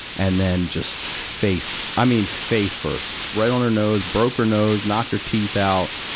and then just face i mean, face first. right on her nose. broke her nose, knocked her teeth out.